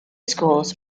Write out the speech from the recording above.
schools